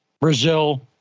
Brazil